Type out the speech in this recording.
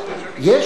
אבל רצון העם,